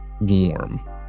warm